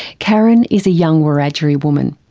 karen is a young wiradjuri woman.